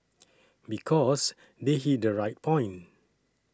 because they hit the right point